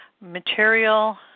material